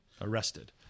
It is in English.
arrested